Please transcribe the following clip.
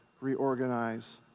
reorganize